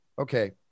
Okay